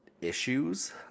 issues